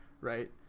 right